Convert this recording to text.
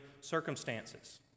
circumstances